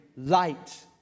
Light